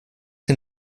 den